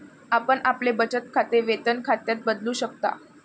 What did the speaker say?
आपण आपले बचत खाते वेतन खात्यात बदलू शकता